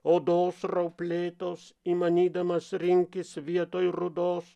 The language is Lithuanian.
odos rauplėtos įmanydamas rinkis vietoj rudos